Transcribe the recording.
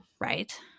right